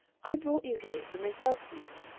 i brought you here to make love to you.